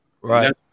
Right